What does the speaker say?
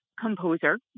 composer